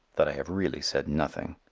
that i have really said nothing,